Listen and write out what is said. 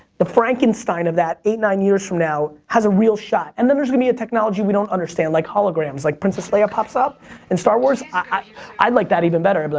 the frankenstein of that, eight, nine years from now has a real shot. and then there's gonna be a technology we don't understand, like holograms. like princess leia pops up in star wars. ah i'd like that even better, but